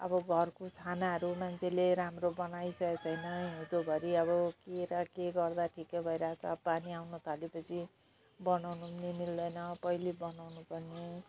अब घरको छानाहरू मान्छेले राम्रो बनाइसकेको छैन हिउँदोभरि अब के र के गर्दा ठिक्क भइरहेको छ अब पानी आउनु थाले पछि बनाउनु मिल्दैन पहिले बनाउनु पर्ने